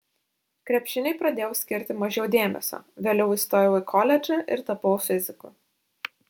krepšiniui pradėjau skirti mažiau dėmesio vėliau įstojau į koledžą ir tapau fiziku